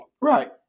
Right